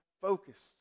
focused